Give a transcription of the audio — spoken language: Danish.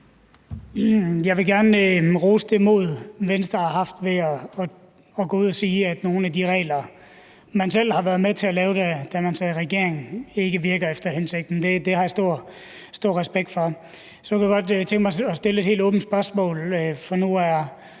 Jeg vil gerne rose det mod, Venstre har vist ved at gå ud og sige, at nogle af de regler, man selv har været med til at lave, da man sad i regering, ikke virker efter hensigten. Det har jeg stor respekt for. Så kunne jeg godt tænke mig at stille et helt åbent spørgsmål, for nu er